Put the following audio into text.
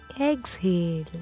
exhale